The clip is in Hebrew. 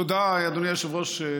תודה, אדוני היושב-ראש.